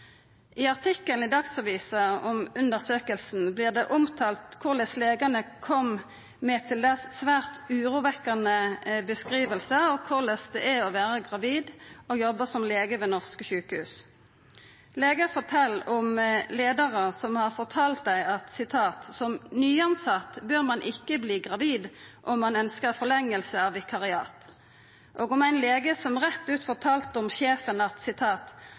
I artikkelen i Dagsavisen om undersøkinga vert det omtalt korleis legane kom med til dels svært urovekkjande beskrivingar av korleis det er å vera gravid og jobba som lege ved norske sjukehus. Legar fortel om leiarar som har fortalt dei at «som nyansatt bør man ikke bli gravid om man ønsker forlengelse av vikariat», og om ein lege som rett ut fortalte om sjefen at